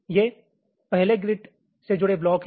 ये पहले ग्रिड से जुड़े ब्लॉक हैं